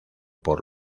por